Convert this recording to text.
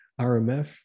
RMF